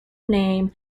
name